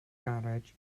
garej